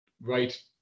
right